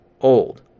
old